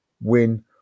win